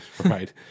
Right